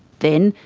then,